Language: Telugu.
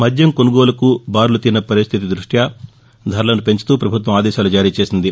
మద్యం కొనుగోలుకు బారులుతీరిన పరిస్దితి దృష్ట్వ ధరలను పెంచుతూ ప్రభుత్వం ఆదేశాలు జారీచేసింది